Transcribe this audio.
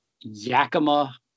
Yakima